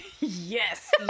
yes